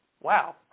Wow